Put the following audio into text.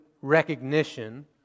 recognition